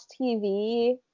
TV